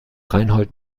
reinhold